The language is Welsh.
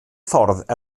ffordd